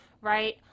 right